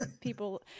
people –